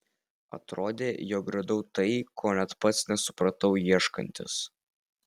atrodė jog radau tai ko net pats nesupratau ieškantis